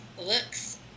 looks